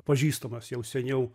pažįstamas jau seniau